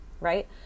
right